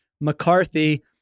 McCarthy